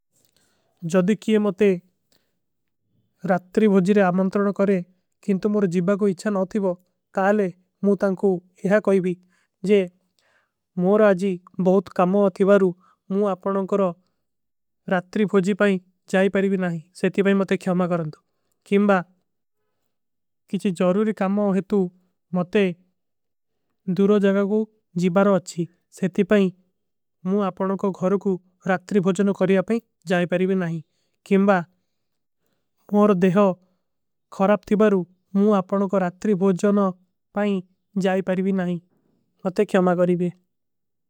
ଜଦୀ କିଯେ ମତେ ରାତ୍ତରୀ ଭୋଜୀରେ ଆମାଂତରନ କରେ। କିଂଟୋ ମୁର ଜୀବା କୋ ଇଚ୍ଛା ନହୀଂ ଥୀଵୋ ତାଲେ ମୁ। ତାଂକୋ ଯହାଂ କହଈଭୀ ଜେ ମୁରା ଆଜୀ ବହୁତ କାମା। ଅଥିଵାରୂ ମୁ ଆପନୋଂ କରୋ ରାତ୍ତରୀ ଭୋଜୀ ପାଇଂ। ଜାଈ ପାରୀବୀ ନାଈ, ମତେ କ୍ଯାମା କରିବେ।